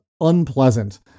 unpleasant